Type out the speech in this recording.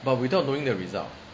but without knowing the result ah